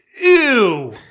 ew